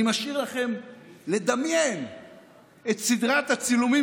אני משאיר לכם לדמיין את סדרת הצילומים